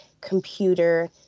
computer